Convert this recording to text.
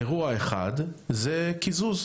אירוע אחד זה קיזוז.